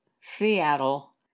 Seattle